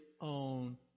own